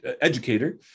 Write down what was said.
educator